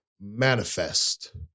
manifest